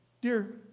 dear